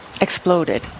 exploded